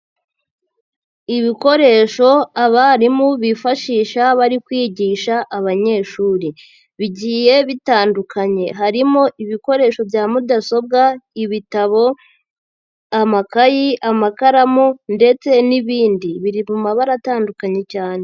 Ibikoresho abarimu bifashisha bari kwigisha abanyeshuri bigiye bitandukanye, harimo ibikoresho bya mudasobwa ibitabo, amakayi, amakaramu ndetse n'ibindi, biri mu mabara atandukanye cyane.